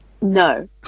No